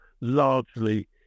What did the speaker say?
largely